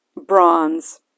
bronze